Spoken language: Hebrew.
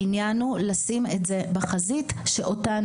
העניין הוא לשים את זה בחזית, שאותם